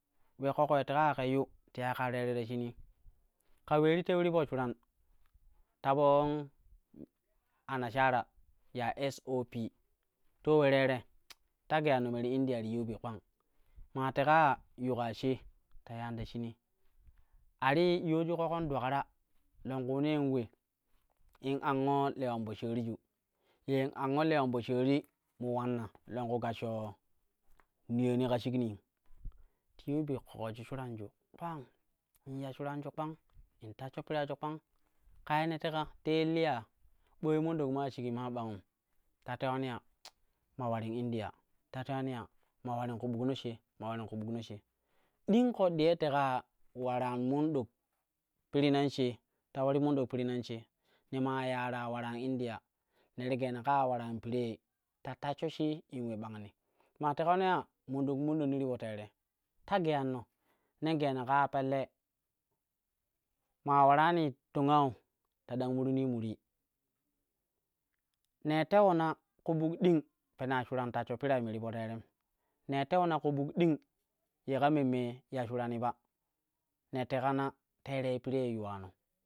We ƙoƙoi teka ya ke yu ti yai kaa tera ta shinii ka ulee ti twei ti po shuran ta po anashara ya sop to ule tere ta geyanno me ti india ti yiu bi koang, maa teka ya yu kaa shee ta yani ta shinii ati yiwaju ƙoƙon dulakro longkunee in ulee in ango lewan poshaariju, yen ango lewan poshaari ma ulanna longku gashi niyani ka shikn ti yiu bi ƙoƙo shuranju kpang in ya shuranju kpang, in tashsho piraju kpang ka ye ne teka te ye hiya ɓooi manɗok ma shiji maa ɓangum ta tewani ya mo ularin india, ta tewani ya ma ularin ku buk no shee, ma ularin ku buk no shee ding ƙoɗɗi ye teka ya ularin manɗok peiri nan shee, ta ularin monɗok piri nan shee ne maa yaara ularan india ne ti geena kaa ularan pire ta tashsho shii in ule bangni. Maa tekano ya manɗok munnoni ti po tere ta geyan no nen geena kaa pelle maa ularanii tonge ya ta dang murnii murii. Ne tewo na ku buk ding pena tashsho pirai meri po terem ne two na ku buk ding yeka memme ya shurani ba ne teka na terai pire yuwano.